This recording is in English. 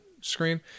screen